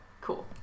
cool